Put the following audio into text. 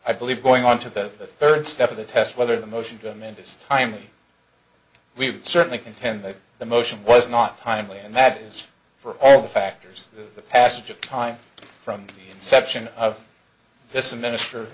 i believe going on to the third step of the test whether the motion to amend this time we certainly contend that the motion was not timely and that is for all factors the passage of time from the inception of this minist